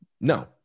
No